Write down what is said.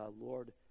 Lord